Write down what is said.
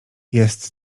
jest